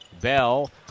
Bell